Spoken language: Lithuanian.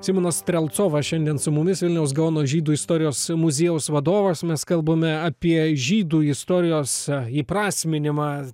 simonas strelcovas šiandien su mumis vilniaus gaono žydų istorijos muziejaus vadovas mes kalbame apie žydų istorijos įprasminimą